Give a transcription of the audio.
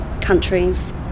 countries